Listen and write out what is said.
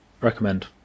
Recommend